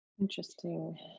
Interesting